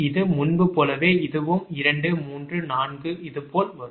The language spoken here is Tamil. இது முன்பு போலவே இதுவும் 2 3 4 இதுபோல் வரும்